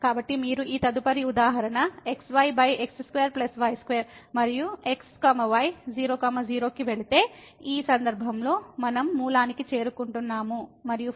కనుక మీరు ఈ తదుపరి ఉదాహరణ xyx2 y2 మరియు x y 00 కి వెళితే ఈ సందర్భంలో మనం మూలానికి చేరుకుంటున్నాము మరియు ఫంక్షన్ xyx2 y2